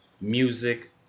music